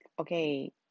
okay